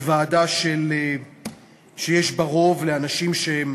היא ועדה שיש בה רוב לאנשים שהם